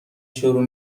شروع